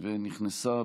אם כן, בעד, חמישה,